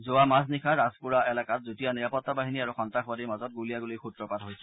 যোৱা মাজ নিশা ৰাজপুৰা এলেকাত যুটীয়া নিৰাপত্তা বাহিনী আৰু সন্তাসবাদীৰ মাজত গুলিয়াগুলীৰ সূত্ৰপাত হৈছিল